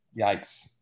Yikes